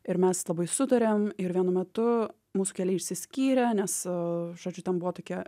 ir mes labai sutarėm ir vienu metu mūsų keliai išsiskyrė nes žodžiu ten buvo tokia